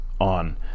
on